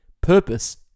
purpose